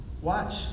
Watch